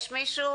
יש מישהו